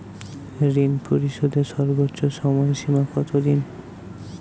ঋণ পরিশোধের সর্বোচ্চ সময় সীমা কত দিন?